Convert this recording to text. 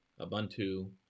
Ubuntu